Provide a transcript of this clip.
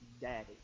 Daddy